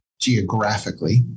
geographically